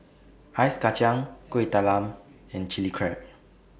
Ice Kachang Kuih Talam and Chilli Crab